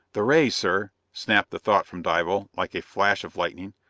the rays, sir! snapped the thought from dival, like a flash of lightning.